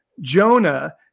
Jonah